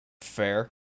Fair